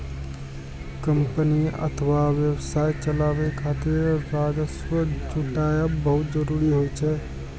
company अथवा व्यवसाय चलाबै खातिर राजस्व जुटायब बहुत जरूरी होइ छै